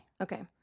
Okay